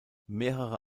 mehrere